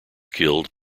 killed